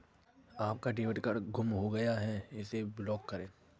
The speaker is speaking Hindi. आपका डेबिट कार्ड गुम हो गया है इसे ब्लॉक करें